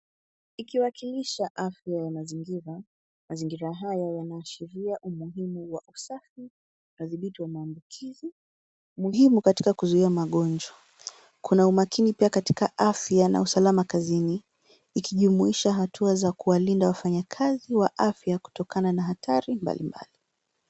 Ikiwakilisha afya ya mazingira, mazingira haya yanaashiria umuhimu wa usafi, na udhibiti wa maambukizi, muhimu katika kuzuia magonjwa. Kuna makini pia katika afya, na usalama kazini, ikijumuisha hatua za kulinda wafanyakazi wa afya, kutokana na hatari mbalimbali.